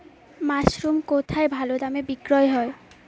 Mushroom কেথায় ভালোদামে বিক্রয় হয়?